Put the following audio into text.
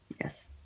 Yes